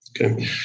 Okay